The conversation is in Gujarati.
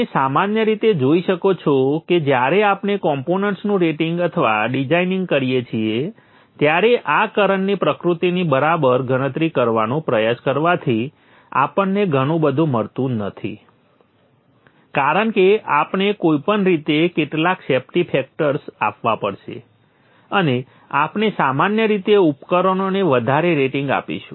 તમે સામાન્ય રીતે જોઇ શકો છો કે જ્યારે આપણે કોમ્પોનન્ટ્સનું રેટિંગ અથવા ડિઝાઇનિંગ કરીએ છીએ ત્યારે આ કરંટની પ્રકૃતિની બરાબર ગણતરી કરવાનો પ્રયાસ કરવાથી આપણને ઘણું બધું મળતું નથી કારણ કે આપણે કોઈપણ રીતે કેટલાક સેફ્ટી ફેક્ટર્સ આપવા પડશે અને આપણે સામાન્ય રીતે ઉપકરણોને વધારે રેટિંગ આપીશું